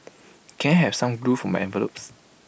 can I have some glue for my envelopes